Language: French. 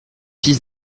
fils